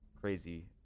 crazy